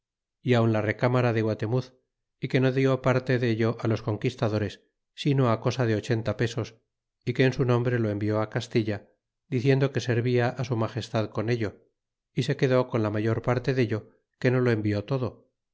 y aun la recámara de guatemuz y que no diés parte dello á los conquistadores sino cosa de ochenta pesos y que en su nombre lo envió castilla diciendo que servia su magestad con ello y se quedó con la mayor parte dello que no lo envió todo